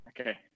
Okay